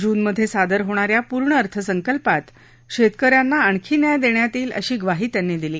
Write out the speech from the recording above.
जूनमध्ये सादर होणाऱ्या पूर्ण अर्थसंकल्पात शेतक यांना आणखी न्याय देण्यात येईल अशी ग्वाही त्यांनी दिली